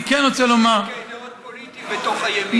יש חילוקי דעות פוליטיים בתוך הימין.